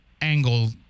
angle